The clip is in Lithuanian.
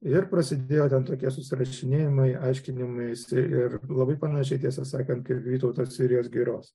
ir prasidėjo ten tokie susirašinėjimai aiškinimaisi ir labai panašiai tiesą sakant ir vytauto sirijos giros